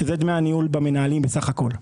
שזה דמי הניהול במנהלים בסך הכול.